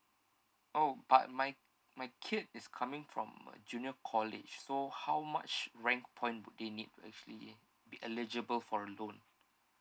oh but my my kid is coming from a junior college so how much rank point would they need to actually be eligible for a loan